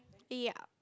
ya